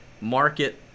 Market